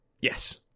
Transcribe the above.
Yes